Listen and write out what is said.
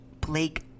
Blake